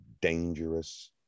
dangerous